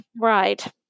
Right